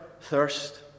thirst